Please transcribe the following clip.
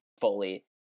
fully